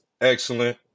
excellent